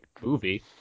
movie